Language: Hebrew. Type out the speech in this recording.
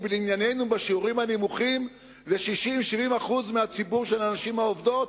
ולענייננו השיעורים הנמוכים הם 60% 70% מציבור הנשים העובדות,